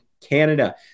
Canada